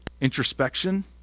introspection